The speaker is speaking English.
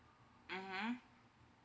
mmhmm